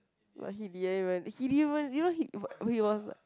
but he didn't even he didn't even you know he he was like